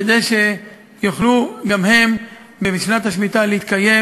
כדי שיוכלו גם הם בשנת השמיטה להתקיים